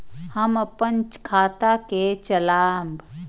हम अपन खाता के चलाब?